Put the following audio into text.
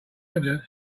evidence